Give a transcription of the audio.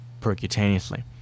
percutaneously